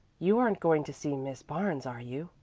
you aren't going to see miss barnes, are you?